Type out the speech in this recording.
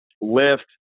lift